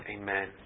Amen